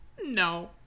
no